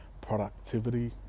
productivity